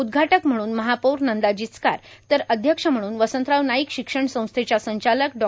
उदघाटक म्हणून महापौर नंदा जिचकार तर अध्यक्ष म्हणून वसंतराव नाईक शिक्षण संस्थेच्या संचालक डॉ